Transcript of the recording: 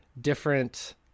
different